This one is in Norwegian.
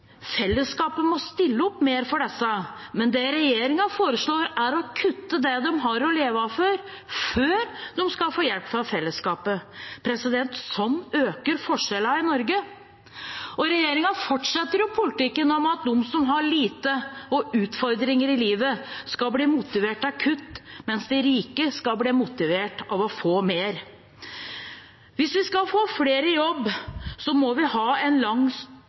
Fellesskapet må stille opp mer for dem. Men det regjeringen foreslår, er å kutte i det de har å leve for, før de skal få hjelp fra fellesskapet. Sånn øker forskjellene i Norge. Regjeringen fortsetter politikken med at de som har lite og utfordringer i livet, skal bli motivert av kutt, mens de rike skal bli motivert av å få mer. Hvis vi skal få flere i jobb, må vi ha en